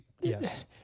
yes